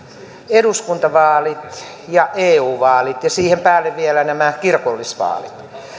eduskuntavaalit ja eu vaalit ja siihen päälle vielä nämä kirkollisvaalit